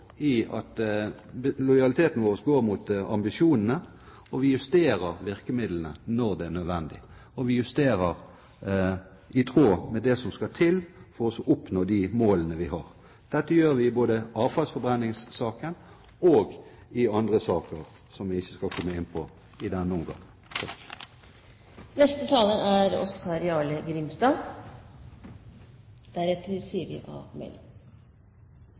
Lojaliteten vår går mot ambisjonene. Vi justerer virkemidlene når det er nødvendig, og vi justerer i tråd med det som skal til for å oppnå de målene vi har. Dette gjør vi både i avfallsforbrenningssaken og i andre saker, som vi ikke skal komme inn på i denne omgang. Denne debatten vil mange meine er